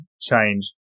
change